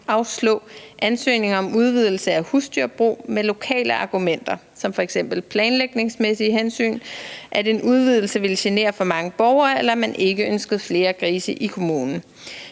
afslå ansøgninger om udvidelse af husdyrbrug med lokale argumenter som f.eks. planlægningsmæssige hensyn, at en udvidelse ville genere for mange borgere, eller at man ikke ønskede flere grise i kommunen.